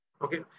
Okay